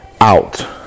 out